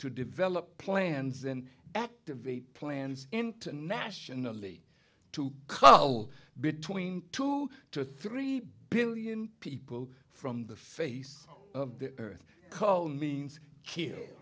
to develop plans and activate plans internationally to cull between two to three billion people from the face of the earth cold means